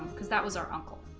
because that was our uncle